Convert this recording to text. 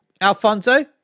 Alfonso